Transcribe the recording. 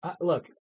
look